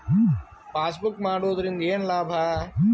Passbook ಮಾಡುದರಿಂದ ಏನು ಲಾಭ?